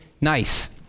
nice